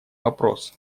вопрос